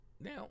now